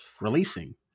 releasing